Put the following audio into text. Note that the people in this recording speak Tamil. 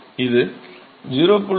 இது 0